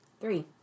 Three